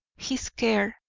his care,